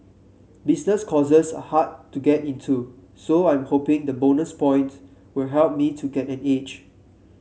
business courses are hard to get into so I am hoping the bonus points will help me to get an edge